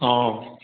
অঁ